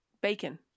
Bacon